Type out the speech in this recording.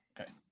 Okay